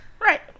Right